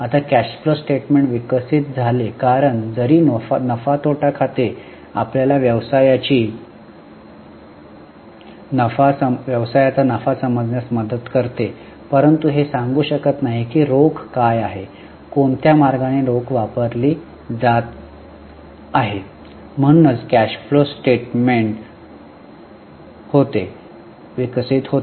आता cash flow statement विकसित झाले कारण जरी नफा तोटा खाते आपल्याला व्यवसायाची नफा समजण्यास मदत करते परंतु हे सांगू शकत नाही की रोख काय आहे आणि कोणत्या मार्गाने रोख वापरली जात आहे म्हणूनच कॅश फ्लो स्टेटमेंट विकसित होते